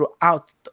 throughout